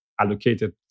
allocated